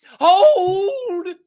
hold